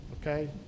Okay